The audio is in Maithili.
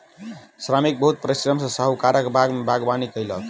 श्रमिक बहुत परिश्रम सॅ साहुकारक बाग में बागवानी कएलक